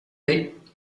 mate